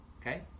okay